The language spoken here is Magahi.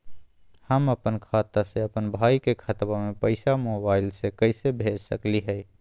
हम अपन खाता से अपन भाई के खतवा में पैसा मोबाईल से कैसे भेज सकली हई?